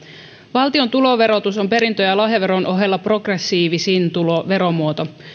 valtion tuloverotus on perintö ja lahjaveron ohella progressiivisin veromuoto